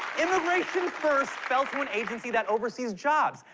immigration first fell to an agency that oversees jobs,